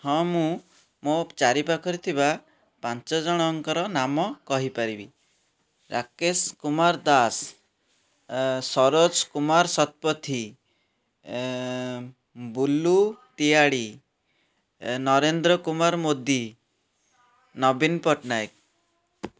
ହଁ ମୁଁ ମୋ ଚାରି ପାଖରେ ଥିବା ପାଞ୍ଚ ଜଣଙ୍କର ନାମ କହିପାରିବି ରାକେଶ କୁମାର ଦାସ ସରୋଜ କୁମାର ଶତପଥି ବୁଲୁ ତିଆଡ଼ି ନରେନ୍ଦ୍ର କୁମାର ମୋଦି ନବିନ ପଟ୍ଟନାୟକ